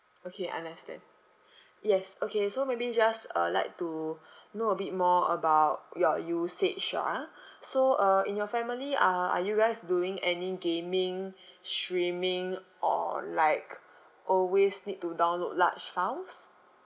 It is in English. okay understand yes okay so maybe just uh like to know a bit more about your usage ah so uh in your family are are you guys doing any gaming streaming or like always need to download large files